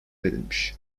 verilmiş